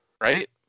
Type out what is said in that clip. Right